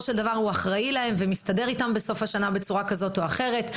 של דבר הוא אחראי להם ומסתדר איתם בסוף השנה בצורה כזאת או אחרת.